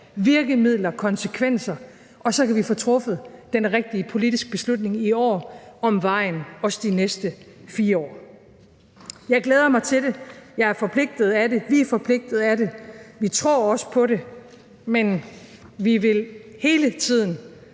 virkemidler, konsekvenser – og så kan vi få truffet den rigtige politiske beslutning i år om vejen også de næste 4 år. Jeg glæder mig til det. Jeg er forpligtet af det. Vi er forpligtede af det. Vi tror også på det, men vi vil hele tiden